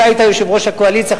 אתה היית יושב-ראש הקואליציה,